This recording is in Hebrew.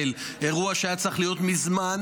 אירוע שהיה צריך להיות מזמן,